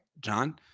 John